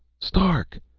stark!